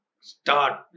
start